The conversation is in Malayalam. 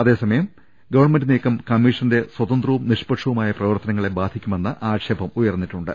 അത്രസമയം ഗവൺമെന്റ് നീക്കം കമ്മീഷന്റെ സ്വതന്ത്രവും നിഷ്പക്ഷവുമായ പ്രവർത്തനങ്ങളെ ബാധിക്കുമെന്ന അക്ഷേപമു യർന്നിട്ടുണ്ട്